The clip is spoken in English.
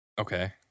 Okay